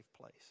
place